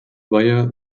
via